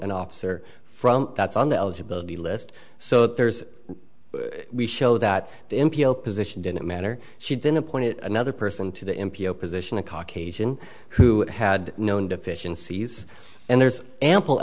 an officer from that's on the eligibility list so there's we show that the m p o position didn't matter she'd been appointed another person to the m p o position a caucasian who had known deficiencies and there's ample